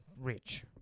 rich